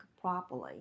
properly